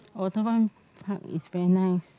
oh that one heard it's very nice